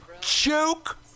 Joke